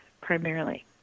primarily